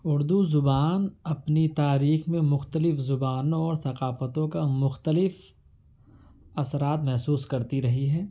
اردو زبان اپنی تاریخ میں مختلف زبانوں اور ثقافتوں کا مختلف اثرات محسوس کرتی رہی ہے